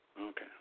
Okay